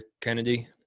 Kennedy